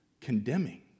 condemning